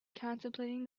contemplating